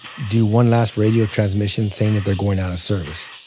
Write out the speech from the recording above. do one last radio transmission saying that they're going out of service